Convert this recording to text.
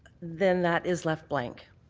then that is left blank.